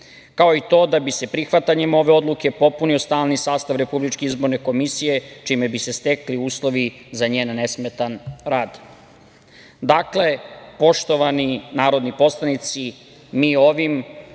kao i to da bi se prihvatanjem ove odluke popunio stalni sastav Republičke izborne komisije, čime bi se stekli uslovi za njen nesmetan rad. Dakle, poštovani narodni poslanici, mi ovim